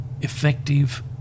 effective